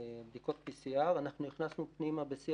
בדיקות PCR. אנחנו הכנסנו פנימה בשיא